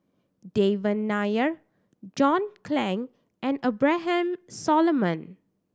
Devan Nair John Clang and Abraham Solomon